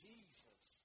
Jesus